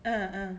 uh uh